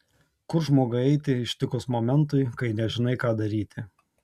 kur žmogui eiti ištikus momentui kai nežinai ką daryti